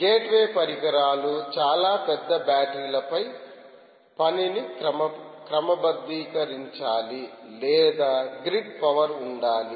gateway పరికరాలు చాలా పెద్ద బ్యాటరీల పై పనిని క్రమబద్ధీకరించాలి లేదా గ్రిడ్ పవర్ ఉండాలి